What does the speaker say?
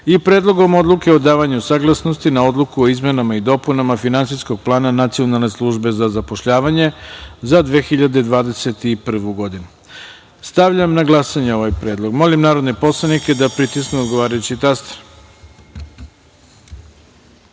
i Predlogom odluke o davanju saglasnosti na Odluku o izmenama i dopunama Finansijskog plana Nacionalne službe za zapošljavanje za 2021. godinu. Stavljam na glasanje ovaj predlog. Molim narodne poslanike da pritisnu odgovarajući